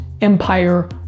Empire